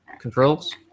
controls